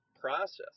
process